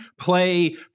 play